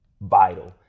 vital